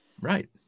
right